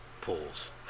pools